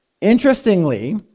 Interestingly